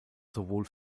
sowohl